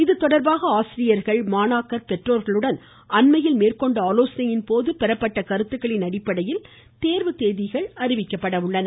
இதுதொடர்பாக ஆசிரியர்கள் மாணவர்கள் பெற்றோர்களுடன் அண்மையில் மேற்கொண்ட ஆலோசனையின்போது பெறப்பட்ட கருத்துக்களின் அடிப்படையில் தேர்வு தேதிகள் அறிவிக்கப்பட உள்ளன